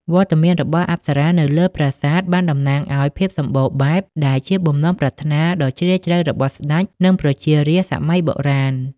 វត្តមានរបស់អប្សរានៅលើប្រាសាទបានតំណាងឲ្យ ភាពសម្បូរបែប ដែលជាបំណងប្រាថ្នាដ៏ជ្រាលជ្រៅរបស់ស្តេច និងប្រជារាស្ត្រសម័យបុរាណ។